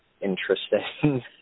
interesting